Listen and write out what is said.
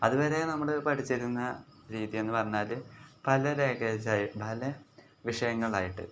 അതുവരെ നമ്മൾ പഠിച്ചിരുന്ന രീതിയെന്നു പറഞ്ഞാൽ പല ലാംഗ്വേജായി പല വിഷയങ്ങളായിട്ട്